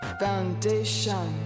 foundation